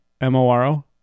M-O-R-O